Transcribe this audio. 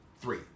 Three